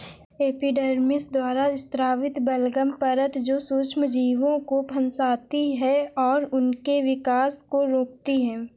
epidermis द्वारा स्रावित बलगम परत जो सूक्ष्मजीवों को फंसाती है और उनके विकास को रोकती है